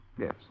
Yes